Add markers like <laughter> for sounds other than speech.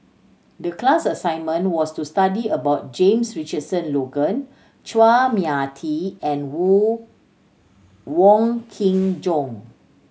the class assignment was to study about James Richardson Logan Chua Mia Tee and <unintelligible> Wong Kin Jong